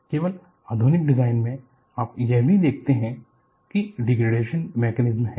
केवल आधुनिक डिजाइन में आप यह भी देखते हैं कि डिग्रेडेशन मैकेनिज़्म हैं